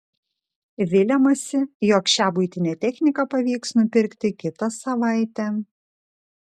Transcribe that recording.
viliamasi jog šią buitinę techniką pavyks nupirkti kitą savaitę